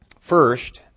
First